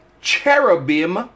cherubim